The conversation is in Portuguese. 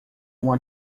uma